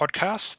podcast